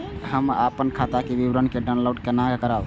हम अपन खाता के विवरण के डाउनलोड केना करब?